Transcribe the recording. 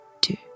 two